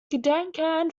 gedenken